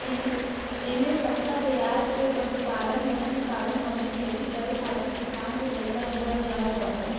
एमे सस्ता बेआज पे पशुपालन, मछरी पालन अउरी खेती करे खातिर किसान के पईसा देहल जात ह